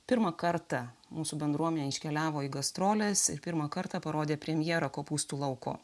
pirmą kartą mūsų bendruomenė iškeliavo į gastroles ir pirmą kartą parodė premjerą kopūstų lauko